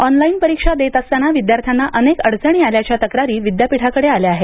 online परीक्षा देत असताना विद्यार्थ्यांना अनेक अडचणी आल्याच्या तक्रारी विद्यापीठाकडे आल्या आहेत